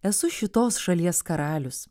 esu šitos šalies karalius